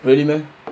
really meh